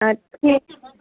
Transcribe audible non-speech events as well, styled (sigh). (unintelligible)